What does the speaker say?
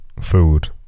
food